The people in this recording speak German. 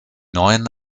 neuen